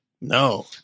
No